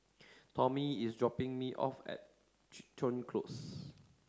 Tommy is dropping me off at Crichton Close